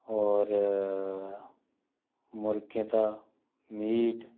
और मुर्गें दी मीट